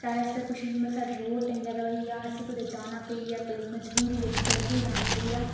साढ़े आस्तै कुछ मतलब साढ़ा रोड ढंगै दा होई जा असेंगी कुतै जाना पेई जा मजबूरी बिच जल्दी जाना पेई जा